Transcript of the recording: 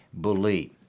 believe